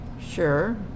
Sure